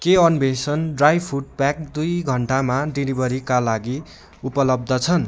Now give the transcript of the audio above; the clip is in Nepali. के अन्वेषण ड्राई फ्रुट प्याक दुई घन्टामा डेलिभरीका लागि उपलब्ध छन्